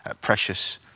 precious